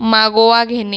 मागोवा घेणे